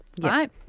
right